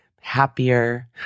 Happier